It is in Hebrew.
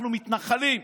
אנחנו מתנחלים.